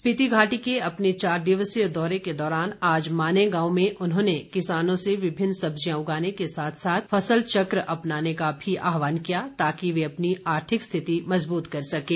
स्पीति घाटी के अपने चार दिवसीय दौरे के दौरान आज माने गांव में उन्होंने किसानों से विभिन्न सब्जियां उगाने के साथ साथ फसल चक्र अपनाने का भी आहवान किया ताकि वे अपनी आर्थिक स्थिति मजबूत कर सकें